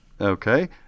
Okay